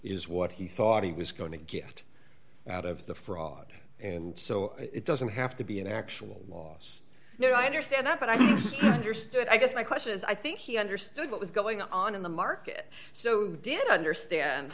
is what he thought he was going to get out of the fraud and so it doesn't have to be an actual loss you know i understand that but i understood i guess my question is i think he understood what was going on in the market so did understand